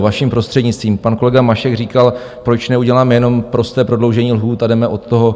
Vaším prostřednictvím, pan kolega Mašek říkal, proč neuděláme jenom prosté prodloužení lhůt a jdeme od toho.